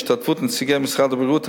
בהשתתפות נציגי משרד הבריאות,